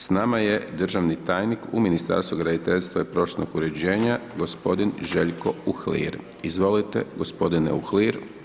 S nama je državni tajnik u Ministarstvu graditeljstva i prostornog uređenja gospodin Željko Uhlir, izvolite gospodine Uhlir.